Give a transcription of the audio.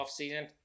offseason